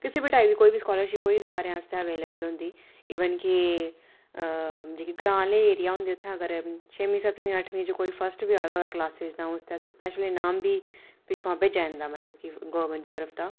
किसी बी टाइप दी कोई बी स्कालरशिप होई गेई सारें आस्तै अवेलेबल होंदी इवन कि जेह्के ग्रां आह्ले ऐरिया होंदे उत्थै अगर छेमीं सतमीं अठमीं च कोई फर्स्ट बी आए दा होऐ कलास च ते उस आस्तै स्पैशल इनाम बी पिच्छुआं भेजेआ जंदा मतलब कि गवर्नमैंट दी तरफ दा